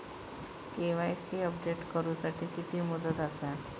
KYC update करू साठी किती मुदत आसा?